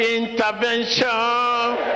intervention